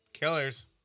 Killers